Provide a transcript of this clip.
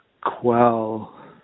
quell